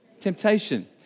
temptation